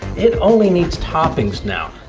it only needs toppings now.